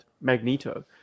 Magneto